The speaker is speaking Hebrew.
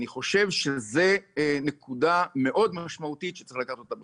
אני חושב שזו נקודה מאוד משמעותית שצריך לקחת אותה בחשבון.